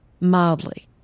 mildly